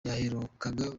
yaherukaga